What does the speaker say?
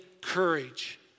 courage